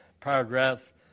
paragraph